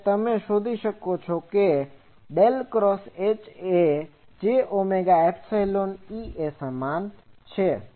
તેથી તમે શોધી શકો છોકે ∇×HAJωϵEAડેલ ક્રોસ HA એ J ઓમેગા એપ્સીલોન EA સમાન છે